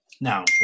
Now